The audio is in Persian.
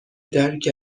درک